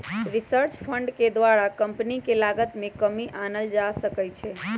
research fund के द्वारा company के लागत में कमी आनल जा सकइ छै